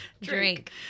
Drink